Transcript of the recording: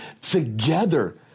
together